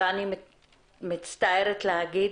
אני מצטערת להגיד,